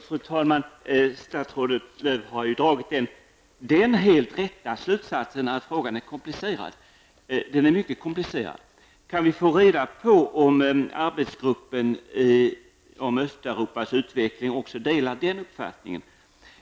Fru talman! Statsrådet Lööw har dragit den helt riktiga slutsatsen att frågan är komplicerad, den är mycket komplicerad. Kan vi få reda på om arbetsgruppen för Östeuropas utveckling också delar den uppfattningen?